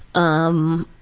um,